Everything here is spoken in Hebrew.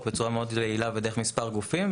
רק בצורה מאוד לא יעילה ודרך מספר גופים,